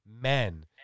men